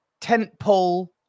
tentpole